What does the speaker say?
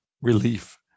relief